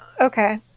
Okay